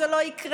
זה לא יקרה,